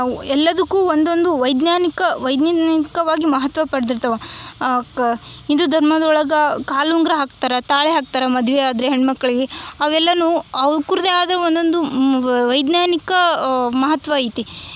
ಎಲ್ಲದಕ್ಕೂ ಒಂದೊಂದು ವೈಜ್ಞಾನಿಕ ವೈಜ್ಞಾನಿಕವಾಗಿ ಮಹತ್ವ ಪಡ್ದಿರ್ತವ ಕ ಹಿಂದೂ ಧರ್ಮದ್ ಒಳಗೆ ಕಾಲುಂಗುರ ಹಾಕ್ತರ ತಾಳಿ ಹಾಕ್ತರ ಮದ್ವೆ ಆದರೆ ಹೆಣ್ಣು ಮಕ್ಕಳಿಗೆ ಅವೆಲ್ಲನು ಅವ ಕುರ್ದೆ ಆದ ಒಂದೊಂದು ವೈಜ್ಞಾನಿಕ ಮಹತ್ವ ಐತಿ